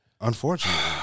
Unfortunately